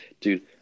Dude